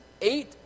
eight